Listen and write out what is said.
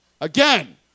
Again